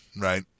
Right